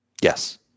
Yes